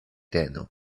tenu